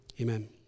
Amen